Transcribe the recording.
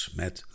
met